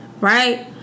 Right